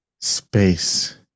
space